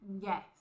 Yes